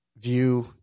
view